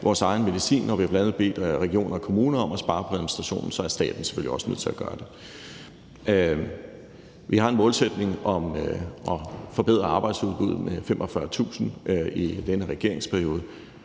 vores egen medicin, og vi har bl.a. bedt regioner og kommuner om at spare på administrationen, og så er staten selvfølgelig også nødt til at gøre det. Vi har en målsætning om at forbedre arbejdsudbuddet med 45.000 i denne regeringsperiode,